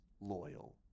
loyal